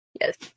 Yes